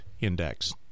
index